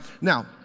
Now